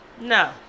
No